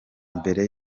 mbere